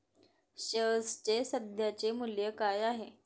शेअर्सचे सध्याचे मूल्य काय आहे?